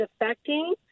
affecting